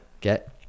Get